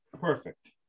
Perfect